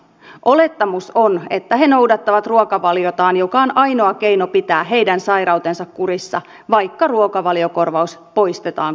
olettamus on että he noudattavat ruokavaliotaan mikä on ainoa keino pitää heidän sairautensa kurissa vaikka ruokavaliokorvaus poistetaan kokonaan